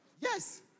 Yes